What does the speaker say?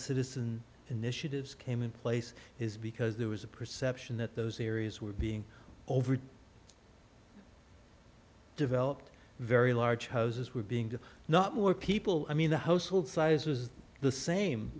citizen initiatives came in place is because there was a perception that those areas were being over developed very large houses were being to not more people i mean the household size was the same